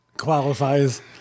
qualifies